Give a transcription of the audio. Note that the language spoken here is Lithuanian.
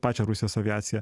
pačią rusijos aviaciją